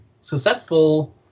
successful